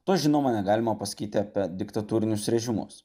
to žinoma negalima pasakyti apie diktatūrinius režimus